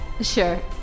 Sure